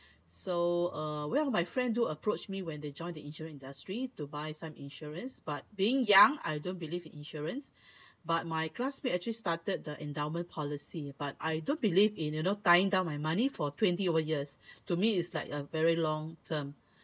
so uh one of my friend approached me when they joined the insurance industry to buy some insurance but being young I don't believe in insurance but my classmate actually started the endowment policy but I don't believe in you know tying down my money for twenty over years to me it's like a very long term